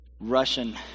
Russian